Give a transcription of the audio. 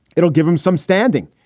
it'll give him some standing.